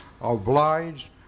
obliged